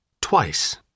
twice